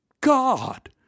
God